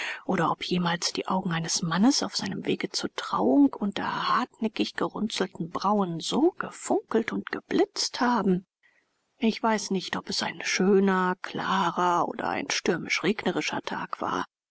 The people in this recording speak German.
oder ob jemals die augen eines mannes auf seinem wege zur trauung unter hartnäckig gerunzelten brauen so gefunkelt und geblitzt haben ich weiß nicht ob es ein schöner klarer oder ein stürmisch regnerischer tag war